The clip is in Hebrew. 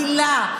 מילה,